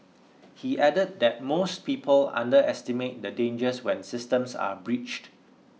he added that most people underestimate the dangers when systems are breached